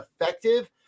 effective